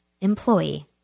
employee